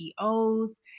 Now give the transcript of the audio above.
CEOs